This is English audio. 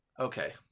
Okay